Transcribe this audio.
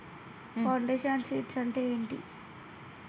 Foundation seeds అంటే ఏంటి?